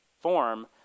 form